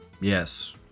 Yes